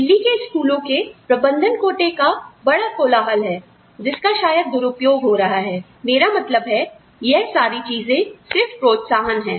दिल्ली के स्कूलों के प्रबंधन कोटे का बड़ा कोलाहल है जिसका शायद दुरुपयोग हो रहा है मेरा मतलब है यह सारी चीजें सिर्फ प्रोत्साहन है